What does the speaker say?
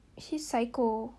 she's psycho